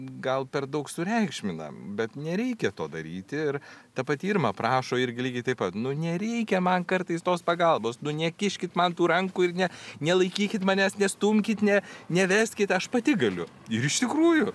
gal per daug sureikšminam bet nereikia to daryti ir ta pati irma prašo irgi lygiai taip pat nu nereikia man kartais tos pagalbos nu nekiškit man tų rankų ir ne nelaikykit manęs nestumkit ne neveskit aš pati galiu ir iš tikrųjų